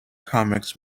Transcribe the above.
comics